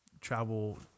travel